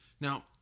Now